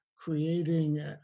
creating